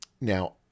Now